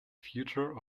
future